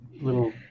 little